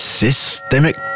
systemic